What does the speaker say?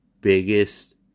biggest